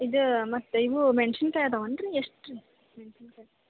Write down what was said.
ಇದು ಮತ್ತೆ ಇವು ಮೆಣಸಿನ್ಕಾಯಿ ಅದಾವೇನ್ರಿ ಎಷ್ಟು ಮೆಣಸಿನ್ಕಾಯಿ